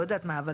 לא יודעת מה.